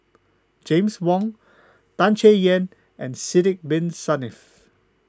James Wong Tan Chay Yan and Sidek Bin Saniff